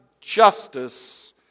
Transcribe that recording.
justice